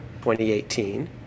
2018